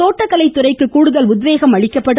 தோட்டக்கலை துறைக்கு கூடுதல் உத்வேகம் அளிக்கப்படும்